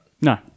No